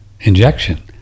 injection